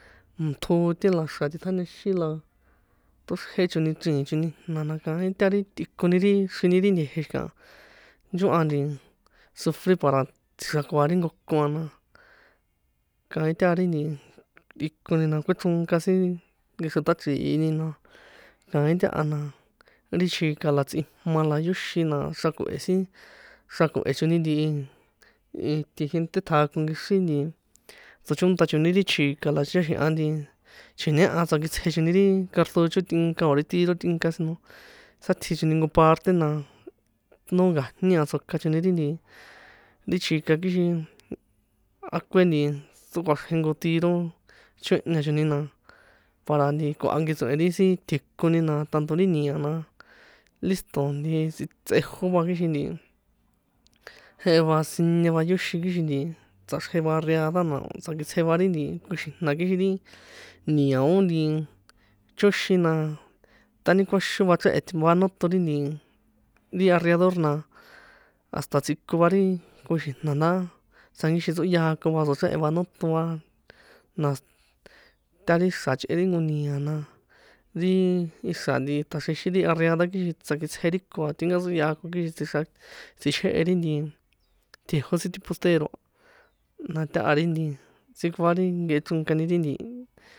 Tjote la xra̱ tꞌiṭjañaxin la ṭóxrje choni chriĭn choni jna na kaín ta ri tꞌikoni ri xri ni ri nte̱je̱ xi̱kaha, nchohan nti sufri para tsji̱xrakoa ri jnko ko a na, kaín taha ri nti tꞌikoni na kꞌuechronka sin nkexro ṭꞌachri̱ini na kaín taha na ri chika na tsꞌijma la yóxin na, xrako̱he̱ sin xrako̱he̱ choni nti, iti gente ṭjako nkexri nti tsochónṭa choni ri chjika la ticháxi̱han nti chji̱ñeha tsakitsje choni ri cartocho tꞌinka o̱ ri tiro tꞌinka si no, sátsji choni nko parte na, no nka̱jni a tsjoka choni ri nti ri chjika a kixin, a akue nti chrókꞌuaxrje nko tiro choehña choni na para nti kohya nkehe tso̱hen ri sin tjekoni na, tanto ri ni̱a na, lísṭo̱ nti tsi tsꞌejó va kixin nti jehe va sinie va yóxin kixin nti tsꞌaxrje va ariada na o̱ tsakitsje va ri nti koxi̱jna̱ kixin ri ni̱a ó chóxin na, ṭánikuaxon va chréhe̱ va noṭon ri nti ti arriador na hasta tsꞌikon va ri koxi̱jna̱ ndá tsjankixin tsꞌoyákon va tsochréhe̱ va noton va na has, tari xra̱ chꞌe ri nko ni̱a na, ri ixra̱ nti ṭꞌaxrjexin ri arriada kixin ṭsakitsje ri ko a tinka ṭsꞌoyakon, kixin tsixra tsichjehe ri nti tjejó sin ti postero a. Na taha ri nti ntsikoa ri nkehe chonkani ri nti.